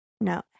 No